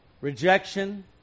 Rejection